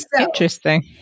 Interesting